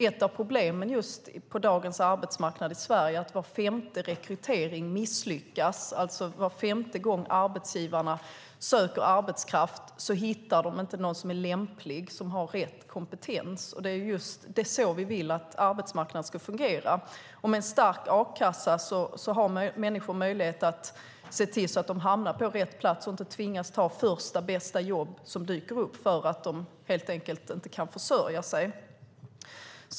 Ett av problemen på dagens arbetsmarknad i Sverige är att var femte rekrytering misslyckas. Var femte gång som arbetsgivarna söker arbetskraft hittar de inte någon som har lämplig och rätt kompetens. Med en stark a-kassa har människor möjlighet att se till att de hamnar på rätt plats och inte tvingas ta första bästa jobb som dyker upp för att de helt enkelt inte kan försörja sig.